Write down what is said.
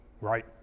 right